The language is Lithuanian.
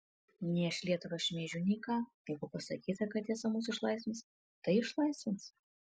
nei aš lietuvą šmeižiu nei ką jeigu pasakyta kad tiesa mus išlaisvins tai išlaisvins